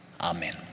Amen